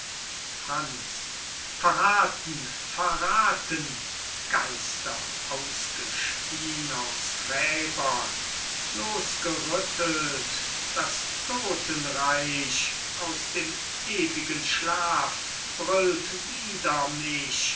franz verrathen verrathen geister ausgespieen aus gräbern losgerüttelt das todtenreich aus dem ewigen schlaf brüllt wider mich